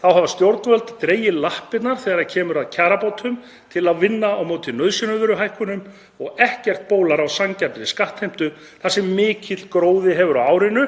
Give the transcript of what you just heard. Þá hafa stjórnvöld dregið lappirnar þegar kemur að kjarabótum til að vinna á móti nauðsynjavöruhækkunum og ekkert bólar á sanngjarnri skattheimtu þar sem mikill gróði hefur verið